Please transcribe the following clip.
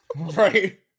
Right